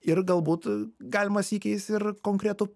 ir galbūt galima sykiais ir konkretų